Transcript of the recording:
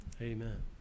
Amen